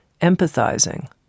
empathizing